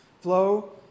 flow